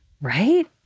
Right